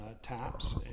taps